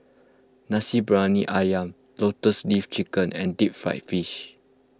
Nasi Briyani Ayam Lotus Leaf Chicken and Deep Fried Fish